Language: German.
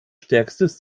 stärkstes